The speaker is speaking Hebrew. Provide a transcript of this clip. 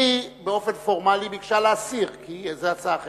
היא באופן פורמלי ביקשה להסיר, כי זאת הצעה אחרת.